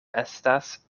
estas